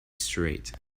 straight